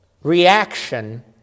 reaction